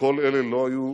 וכל אלה לא היו